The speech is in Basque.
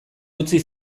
utzi